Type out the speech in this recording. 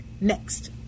next